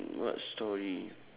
what story